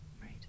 Right